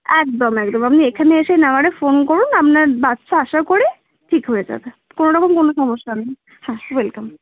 একদম একদম আপনি এখানে এসে আমায় একটা ফোন করুন আপনার বাচ্চা আশা করি ঠিক হয়ে যাবে কোনো রকম কোনো সমস্যা নেই হ্যাঁ ওয়েলকাম